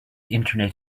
internet